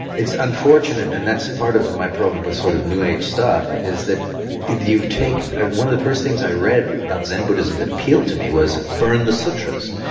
it's unfortunate, and that's part of my problem with sort of new age stuff, is that you've taken. ah one of the first things i read about zen buddhism that appealed to me was burn the sutras.